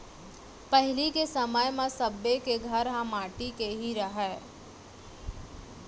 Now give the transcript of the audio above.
पहिली के समय म सब्बे के घर ह माटी के ही रहय